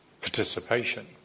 participation